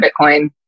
Bitcoin